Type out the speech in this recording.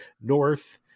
north